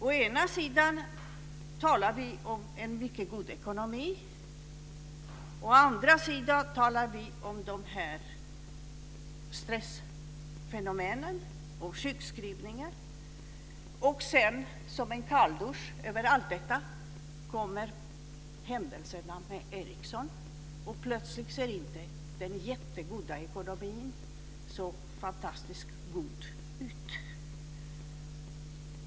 Å ena sidan talar vi om en mycket god ekonomi, och å andra sidan talar vi om dessa stressfenomen och sjukskrivningar. Och sedan, som en kalldusch över allt detta, kommer händelserna med Ericsson, och plötsligt ser inte den jättegoda ekonomin så fantastiskt god ut.